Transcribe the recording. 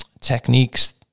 techniques